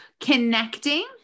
connecting